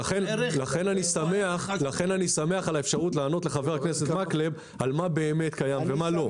לכן אני שמח על האפשרות לענות לחבר הכנסת מקלב על מה באמת קיים ומה לא.